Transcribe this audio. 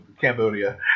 Cambodia